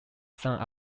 sound